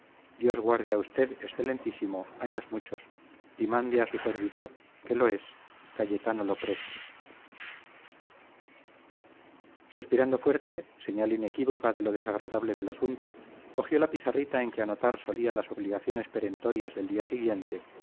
dios guarde a usted excelentísimo años muchos y mande a su servidor que lo es cayetano lopresti suspirando fuerte señal inequívoca de lo desagradable del asunto cogió la pizarrita en que anotar solía las obligaciones perentorias del día siguiente